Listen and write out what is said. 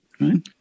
Right